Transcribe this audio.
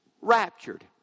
raptured